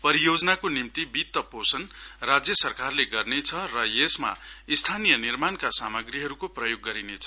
परियोजनाको निम्ति वित्त पोषण राज्य सरकारले गर्ने छ र यसमा स्थानीय निर्माणका सामाग्रीहरूको प्रयोग गरिनेछ